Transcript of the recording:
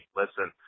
listen